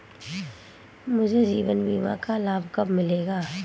मुझे जीवन बीमा का लाभ कब मिलेगा?